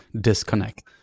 disconnect